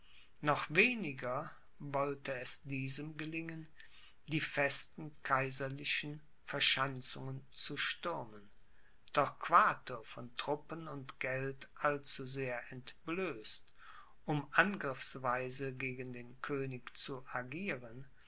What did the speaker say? noch weniger wollte es diesem gelingen die festen kaiserlichen verschanzungen zu stürmen torquato von truppen und geld allzusehr entblößt um angriffsweise gegen den könig zu agieren